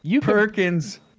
Perkins